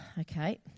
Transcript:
okay